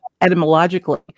etymologically